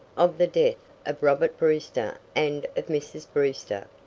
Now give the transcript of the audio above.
of the death of robert brewster and of mrs. brewster.